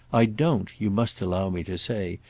i don't, you must allow me to say,